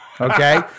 okay